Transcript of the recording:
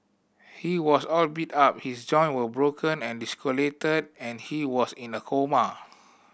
he was all beat up his joint were broken and dislocated and he was in a coma